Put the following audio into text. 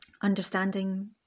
understanding